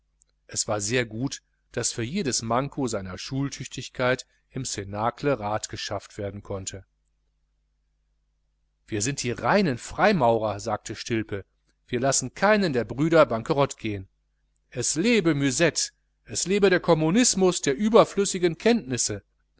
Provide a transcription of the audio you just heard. es war sehr gut daß für jedes manco seiner schultüchtigkeit im cnacle rat geschafft werden konnte wir sind die reinen freimaurer sagte stilpe wir lassen keinen bruder bankerott gehen es lebe müsette es lebe der kommunismus der überflüssigen kenntnisse